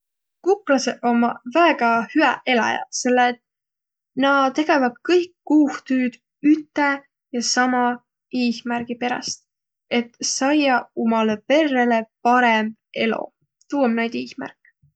Kuklasõq ommaq väega hüäq eläjäq, selle et nä tegeväq kõik kuuhtüüd üte ja sama iihmärgi peräst – et saiaq umalõ perrele parõmb elo. Tuu om näide iihmärk.